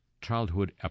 childhood